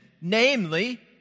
namely